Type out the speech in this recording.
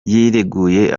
yireguye